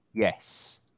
Yes